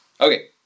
Okay